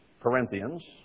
Corinthians